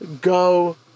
go